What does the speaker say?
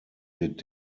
wird